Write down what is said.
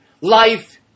Life